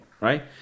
right